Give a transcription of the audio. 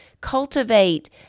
cultivate